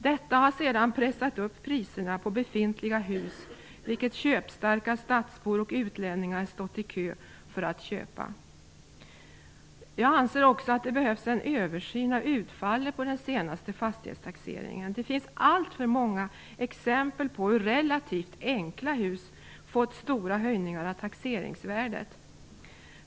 Detta har sedan pressat upp priserna på befintliga hus, som köpstarka stadsbor och utlänningar sedan stått i kö för att köpa. Jag anser också att det behövs en översyn av utfallet på den senaste fastighetstaxeringen. Det finns alltför många exempel på hur relativt enkla hus fått stora höjningar av taxeringsvärdet.